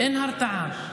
אין הרתעה.